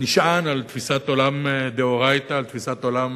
נשען על תפיסת עולם דאורייתא, על תפיסת עולם